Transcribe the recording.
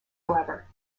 however